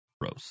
gross